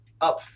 up